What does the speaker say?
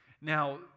Now